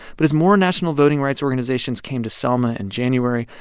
but as more national voting rights organizations came to selma in january,